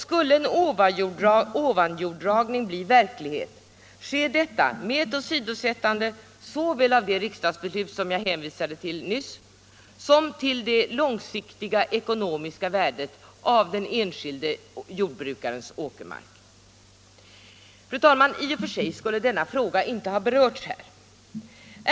Skulle en ovanjordsdragning bli verklighet, sker detta med åsidosättande såväl av det riksdagsbeslut som jag hänvisade till nyss som av det långsiktiga ekonomiska värdet av den enskilde jordbrukarens åkermark. Fru talman! I och för sig skulle denna fråga inte ha berörts här.